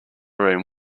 room